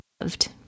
loved